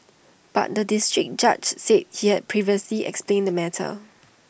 but the District Judge said he had previously explained the matter